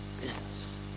business